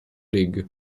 league